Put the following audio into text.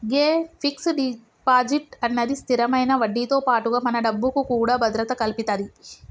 గే fix deposit అన్నది స్థిరమైన వడ్డీతో పాటుగా మన డబ్బుకు కూడా భద్రత కల్పితది